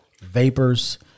vapors